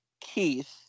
Keith